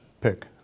pick